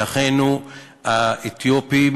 שאחינו האתיופים,